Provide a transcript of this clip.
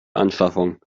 anschaffung